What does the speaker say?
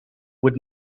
would